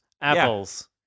Apples